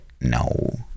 no